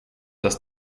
das